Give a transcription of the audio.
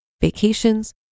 vacations